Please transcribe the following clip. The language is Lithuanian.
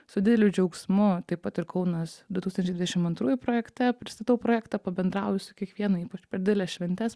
su dideliu džiaugsmu taip pat ir kaunas du tūkstančiai dvidešim antrųjų projekte pristatau projektą pabendrauju su kiekvienu ypač per dideles šventes